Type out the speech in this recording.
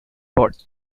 pot